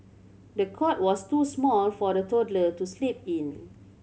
the cot was too small for the toddler to sleep in